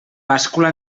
bàscula